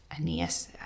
Aeneas